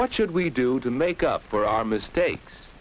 what should we do to make up for our mistakes